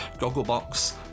Gogglebox